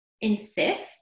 insist